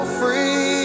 free